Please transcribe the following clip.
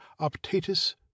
optatus